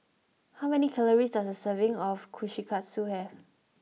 how many calories does a serving of Kushikatsu have